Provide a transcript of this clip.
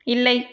இல்லை